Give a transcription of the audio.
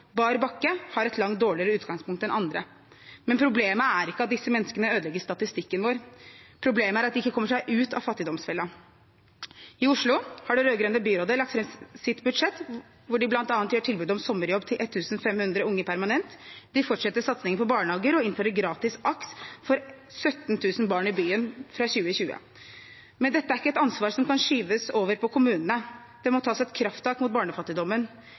har et langt dårligere utgangspunkt enn andre, men problemet er ikke at disse menneskene ødelegger statistikken vår; problemet er at de ikke kommer seg ut av fattigdomsfella. I Oslo har det rød-grønne byrådet lagt fram sitt budsjett, der de bl.a. gir tilbud om sommerjobb til 1 500 unge permanent, fortsetter satsingen på barnehager og innfører gratis AKS for 17 000 barn i byen fra 2020. Men dette er ikke et ansvar som kan skyves over på kommunene. Det må tas et krafttak mot barnefattigdommen.